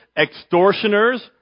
extortioners